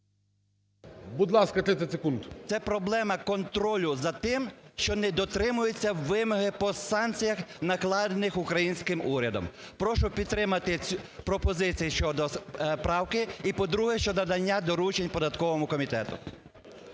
Це проблема контролю за тим, що не дотримуються вимоги по санкціях, накладених українським урядом. Прошу підтримати пропозиції щодо правки і, по-друге, щодо надання доручень податковому комітету.